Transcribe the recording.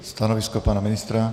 Stanovisko pana ministra?